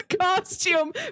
costume